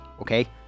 okay